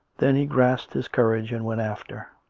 then he grasped his courage and went after.